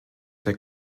der